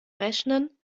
rechnen